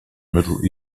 middle